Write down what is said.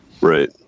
Right